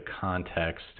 context